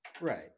Right